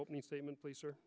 opening statement please